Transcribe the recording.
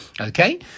Okay